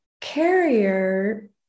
carrier